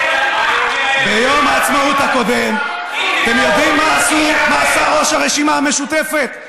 ביום העצמאות הקודם אתם יודעים מה עשה ראש הרשימה המשותפת?